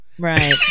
Right